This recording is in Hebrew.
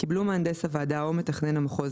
קיבלו מהנדס הוועדה או מתכנן המחוז,